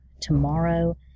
tomorrow